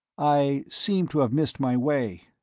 i seem to have missed my way.